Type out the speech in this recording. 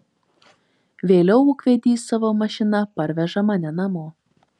vėliau ūkvedys savo mašina parveža mane namo